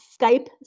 Skype